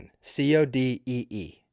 C-O-D-E-E